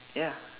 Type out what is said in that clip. ya